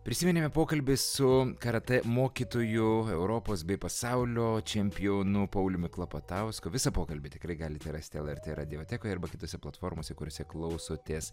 prisiminėme pokalbį su karatė mokytoju europos bei pasaulio čempionu pauliumi klapatausku visą pokalbį tikrai galite rasti lrt radiotekoje arba kitose platformose kuriose klausotės